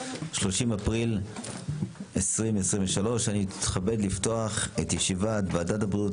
30 באפריל 2023. אני מתכבד לפתוח את ישיבת ועדת הבריאות